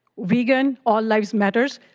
vegan. all life matters.